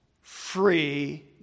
free